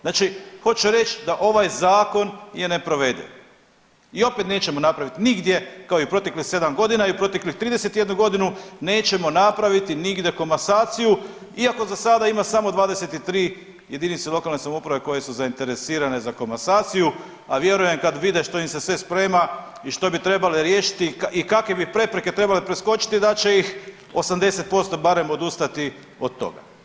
Znači hoću reć da ovaj zakon je neprovediv i opet nećemo napravit nigdje kao i proteklih sedam godina i proteklih 31 godinu nećemo napraviti nigdje komasaciju, iako za sada ima samo 23 jedinice lokalne samouprave koje su zainteresirane za komasaciju, a vjerujem kad vide što im se sve sprema i što bi trebale riješiti i kakve bi prepreke trebali preskočiti da će ih 80% barem odustati od toga.